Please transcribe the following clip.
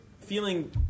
feeling